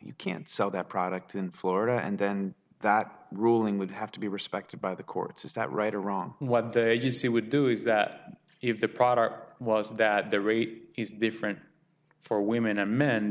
you can't sell that product in florida and then that ruling would have to be respected by the courts is that right or wrong what the agency would do is that if the product was that the rate is different for women and men